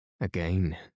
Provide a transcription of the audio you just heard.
Again